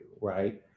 right